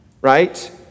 right